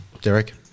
Derek